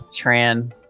Tran